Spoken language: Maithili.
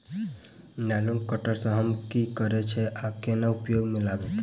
नाइलोन कटर सँ हम की करै छीयै आ केना उपयोग म लाबबै?